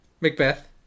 Macbeth